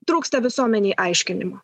trūksta visuomenėj aiškinimo